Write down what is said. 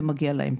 מגיע להם.